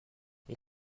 les